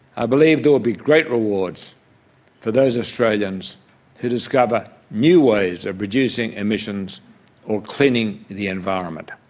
i believe there will be great rewards for those australians who discover new ways of reducing emissions or cleaning the environment.